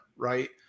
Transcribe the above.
Right